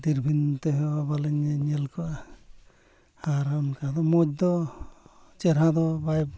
ᱫᱩᱨᱵᱤᱱ ᱛᱮᱦᱚᱸ ᱵᱟᱞᱮ ᱧᱮᱞ ᱠᱚᱣᱟ ᱟᱨ ᱚᱱᱠᱟ ᱫᱚ ᱢᱚᱡᱽ ᱫᱚ ᱪᱮᱦᱨᱟ ᱫᱚ ᱵᱟᱭ